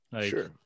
Sure